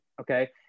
Okay